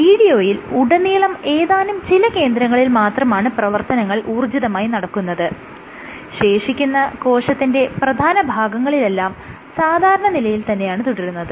വീഡിയോയിൽ ഉടനീളം ഏതാനും ചില കേന്ദ്രങ്ങളിൽ മാത്രമാണ് പ്രവർത്തനങ്ങൾ ഊർജിതമായി നടക്കുന്നത് ശേഷിക്കുന്ന കോശത്തിന്റെ പ്രധാനഭാഗങ്ങളെല്ലാം സാധാരണ നിലയിൽ തന്നെയാണ് തുടരുന്നത്